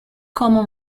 common